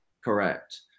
Correct